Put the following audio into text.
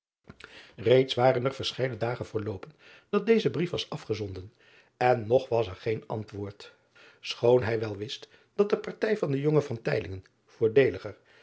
eeds waren er verscheiden dagen verloopen dat deze brief was afgezonden en nog was er geen antwoord choon hij wel wist dat de partij van den jongen voordeeliger